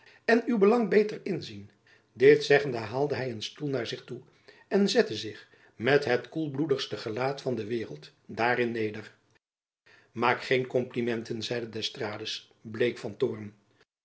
en uw belang beter inzien dit zeggende haalde hy een stoel naar zich toe en zette zich met het koelbloedigste gelaat van de waereld daarin neder maak geen komplimenten zeide d'estrades bleek van toorn